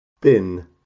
BIN